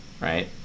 right